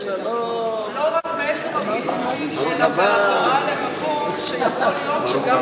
לא מעצם האקט של ההעברה למקום שיכול להיות